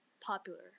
popular